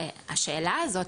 והשאלה הזאת,